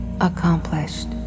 accomplished